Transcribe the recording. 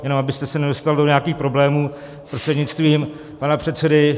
Jenom abyste se nedostal do nějakých problémů, prostřednictvím pana předsedy.